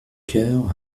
cœur